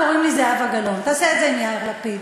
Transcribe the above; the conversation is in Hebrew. קוראים לי זהבה גלאון, תעשה את זה עם יאיר לפיד.